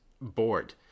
bored